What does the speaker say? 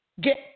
get